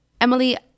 Emily